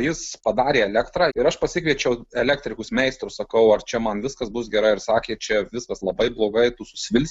jis padarė elektrą ir aš pasikviečiau elektrikus meistrus sakau ar čia man viskas bus gerai ir sakė čia viskas labai blogai tu susvilsi